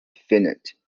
finite